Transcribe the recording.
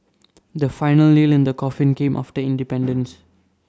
the final nail in the coffin came after independence